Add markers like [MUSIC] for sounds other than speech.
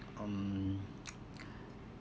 um [NOISE]